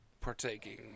Partaking